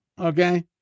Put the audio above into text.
Okay